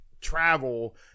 travel